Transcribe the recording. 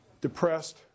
depressed